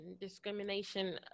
discrimination